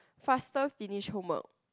faster finish homework